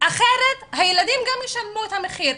אחרת הילדים גם ישלמו את המחיר,